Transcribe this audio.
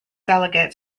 delegate